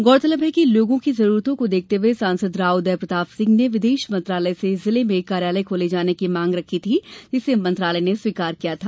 गौरतलब है लोगों की जरुरतों को देखते हुए सांसद राव उदय प्रताप सिंह ने विदेश मंत्रालय से जिले में कार्यालय खोले जाने की मांग रखी थी जिसे मंत्रालय ने स्वीकार किया था